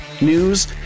news